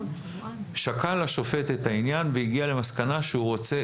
שקל השופט את העניין והגיע למסקנה שהוא רוצה,